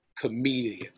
comedian